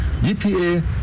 EPA